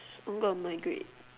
I'm got my grade